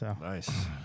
Nice